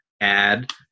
add